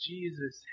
Jesus